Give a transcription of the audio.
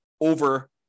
over